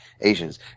Asians